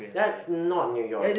that's not New York